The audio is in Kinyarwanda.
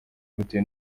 bitewe